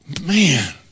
man